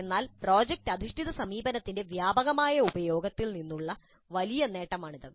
അതിനാൽ പ്രോജക്റ്റ് അധിഷ്ഠിത സമീപനത്തിന്റെ വ്യാപകമായ ഉപയോഗത്തിൽ നിന്നുള്ള വലിയ നേട്ടമാണിത്